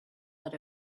that